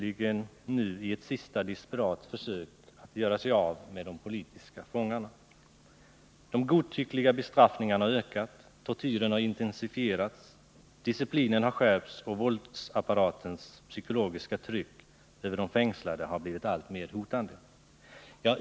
I ett sista desperat försök håller de nu på att göra sig av med de politiska fångarna. De godtyckliga bestraffningarna ökar, tortyren har intensifierats, disciplinen har skärpts och våldsapparatens psykologiska tryck över de fängslade har blivit alltmer hotande.